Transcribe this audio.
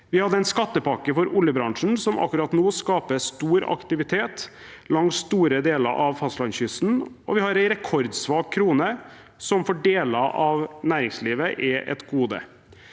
Vi hadde en skattepakke for oljebransjen, noe som akkurat nå skaper stor aktivitet langs store deler av fastlandskysten, og vi har en rekordsvak krone, som for deler av næringslivet er et gode.